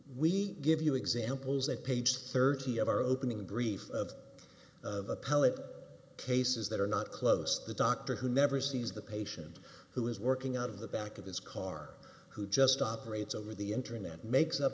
we give you examples that page thirty of our opening brief of of appellate cases that are not close the doctor who never sees the patient who is working out of the back of his car who just operates over the internet makes